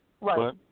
Right